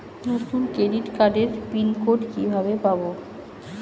নতুন ক্রেডিট কার্ডের pin code কিভাবে পাব?